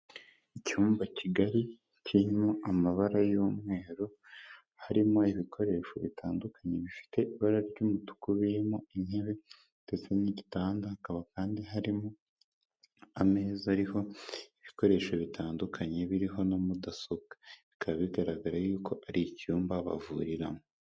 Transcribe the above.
Icyumba kigari kirimo amabara y'umweru, harimo ibikoresho bitandukanye bifite ibara ry'umutuku, birimo intebe ndetse n'igitanda, hakaba kandi harimo ameza ariho ibikoresho bitandukanye biriho na mudasobwa, bikaba bigaragara yuko ari icyumba bavuriramo.